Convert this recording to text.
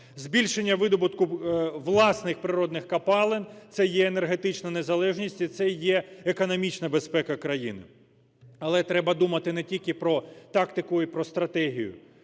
Збільшення видобутку власних природних копалин – це є енергетична незалежність і це є економічна безпека країни. Але треба думати не тільки про тактику і про стратегію.